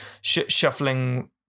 shuffling